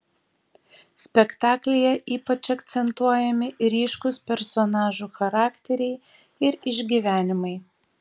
spektaklyje ypač akcentuojami ryškūs personažų charakteriai ir išgyvenimai